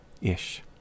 Ish